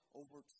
over